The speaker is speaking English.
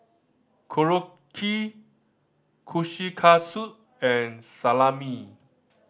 Korokke Kushikatsu and Salami